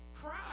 cry